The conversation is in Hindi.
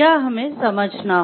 यह हमें समझना होगा